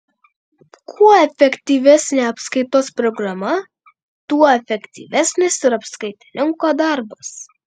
kuo efektyvesnė apskaitos programa tuo efektyvesnis ir apskaitininko darbas